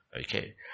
Okay